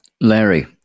Larry